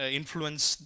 influence